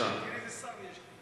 תראו איזה שר יש לי.